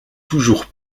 toujours